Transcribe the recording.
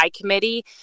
committee